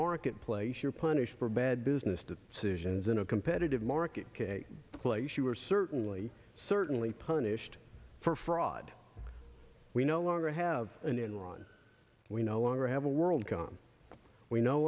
marketplace you're punished for bad business decisions in a competitive market place you are certainly certainly punished for fraud we no longer have an enron we no longer have a world com we no